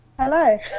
Hello